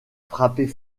frapper